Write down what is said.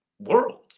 world